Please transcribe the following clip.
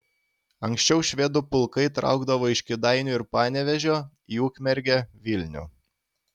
anksčiau švedų pulkai traukdavo iš kėdainių ir panevėžio į ukmergę vilnių